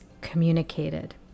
communicated